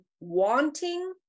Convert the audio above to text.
wanting